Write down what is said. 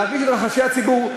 להרגיש את רחשי הציבור,